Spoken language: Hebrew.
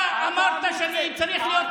אתה מוקצה.